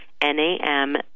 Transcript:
N-A-M